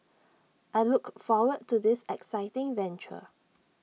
I look forward to this exciting venture